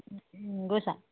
গৈছা